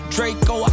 Draco